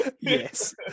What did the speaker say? Yes